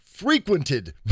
frequented